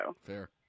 Fair